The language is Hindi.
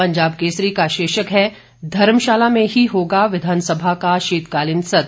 पंजाब केसरी का शीर्षक है धर्मशाला में ही होगा विधानसभा का शीतकालीन सत्र